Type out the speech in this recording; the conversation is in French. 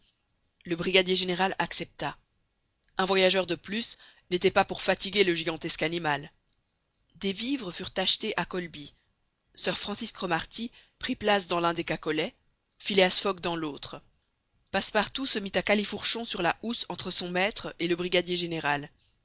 le brigadier général accepta un voyageur de plus n'était pas pour fatiguer le gigantesque animal des vivres furent achetées à kholby sir francis cromarty prit place dans l'un des cacolets phileas fogg dans l'autre passepartout se mit à califourchon sur la housse entre son maître et le brigadier général